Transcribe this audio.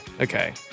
Okay